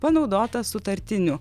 panaudota sutartinių